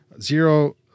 zero